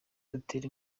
dutera